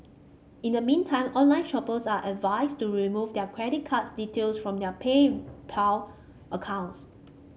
in the meantime online shoppers are advised to remove their credit card details from their PayPal accounts